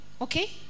Okay